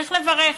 צריך לברך,